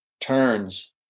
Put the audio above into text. turns